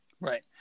Right